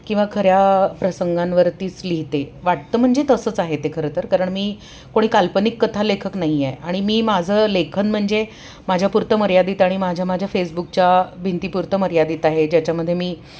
किंवा खऱ्या प्रसंगांवरतीच लिहिते वाटतं म्हणजे तसंच आहे ते खरंतर कारण मी कोणी काल्पनिक कथा लेखक नाही आहे आणि मी माझं लेखन म्हणजे माझ्यापुरतं मर्यादित आणि माझ्या माझ्या फेसबुकच्या भिंतीपुरतं मर्यादीत आहे ज्याच्यामध्ये मी